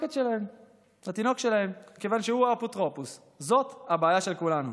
שלהם כיוון שהוא האפוטרופוס זאת הבעיה של כולנו.